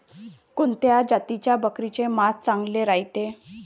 कोनच्या जातीच्या बकरीचे मांस चांगले रायते?